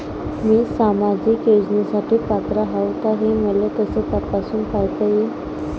मी सामाजिक योजनेसाठी पात्र आहो का, हे मले कस तपासून पायता येईन?